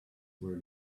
were